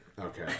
Okay